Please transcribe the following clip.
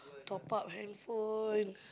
top-up handphone